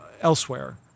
elsewhere